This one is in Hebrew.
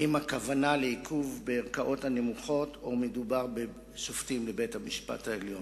האם הכוונה לעיכוב בערכאות הנמוכות או מדובר בשופטים בבית-המשפט העליון.